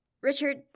Richard